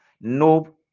No